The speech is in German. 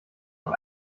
auf